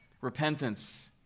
repentance